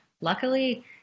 luckily